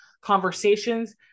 Conversations